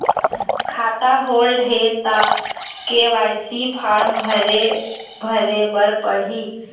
खाता होल्ड हे ता के.वाई.सी फार्म भरे भरे बर पड़ही?